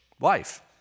life